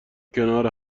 کنار